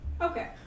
Okay